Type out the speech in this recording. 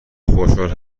خوشحال